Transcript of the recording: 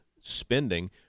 spending